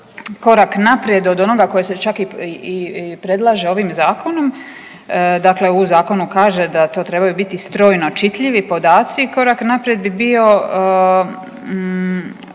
korak naprijed od onoga koji se čak i predlaže ovim zakonom, dakle u zakonu kaže da to trebaju biti strojno čitljivi podaci, korak naprijed bi bio